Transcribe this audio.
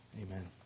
Amen